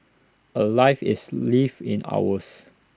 A life is lived in hours